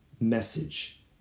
message